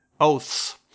oaths